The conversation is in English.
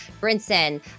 Brinson